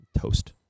Toast